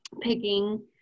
picking